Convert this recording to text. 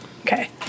Okay